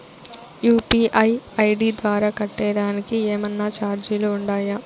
UPI ID ద్వారా కట్టేదానికి ఏమన్నా చార్జీలు ఉండాయా?